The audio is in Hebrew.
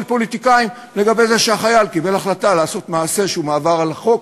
פוליטיקאים לגבי זה שהחייל קיבל החלטה לעשות מעשה שהוא עבירה על החוק,